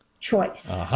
choice